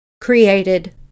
created